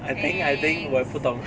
I think I think 我也不懂